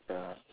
ya